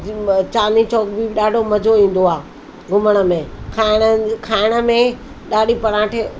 चांदनी चौक बि ॾाढो मज़ो ईंदो आहे घुमण में खाइण खाइण में ॾाढी पराठे